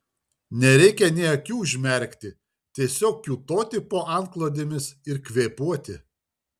nereikia nė akių užmerkti tiesiog kiūtoti po antklodėmis ir kvėpuoti